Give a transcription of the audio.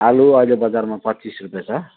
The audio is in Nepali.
आलु अहिले बजारमा पच्चिस रुपियाँ छ